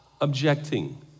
objecting